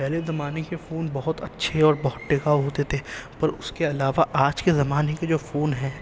پہلے زمانے کے فون بہت اچھے اور بہت ٹکاؤ ہوتے تھے پر اس کے علاوہ آج کے زمانے کے جو فون ہیں